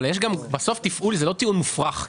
אבל בסוף תפעול זה לא טיעון מופרך.